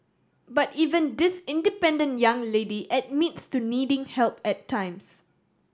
but even this independent young lady admits to needing help at times